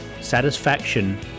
Satisfaction